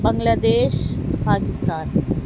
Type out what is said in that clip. بنگلہ دیش پاکستان